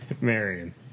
Marion